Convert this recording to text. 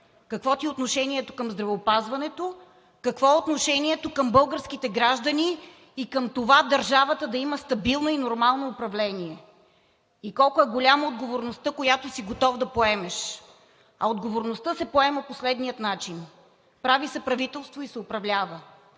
какво ти е отношението към здравеопазването; какво е отношението към българските граждани и към това държавата да има стабилно и нормално управление и колко е голяма отговорността, която си готов да поемеш. А отговорността се поема по следния начин: прави се правителство и се управлява